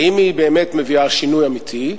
האם היא מביאה שינוי אמיתי,